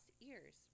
ears